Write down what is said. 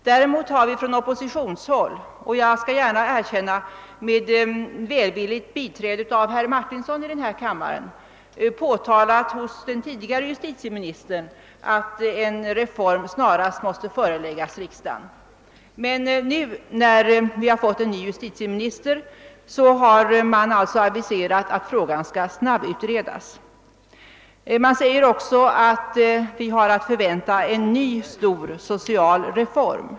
Däremot har vi från oppositionshåll — jag skall gärna erkänna att det har varit med välvilligt biträde av herr Martinsson i denna kammare — för den tidigare justitieministern påpekat att en reform snarast borde föreläggas riksdagen. Nu, när vi har fått en ny justitieminister, har det alltså aviserats att frågan skall snabbutredas. Det sägs också att vi har att förvänta en ny stor social reform.